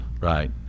right